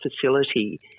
facility